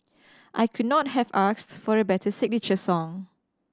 I could not have asked for a better signature song